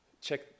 check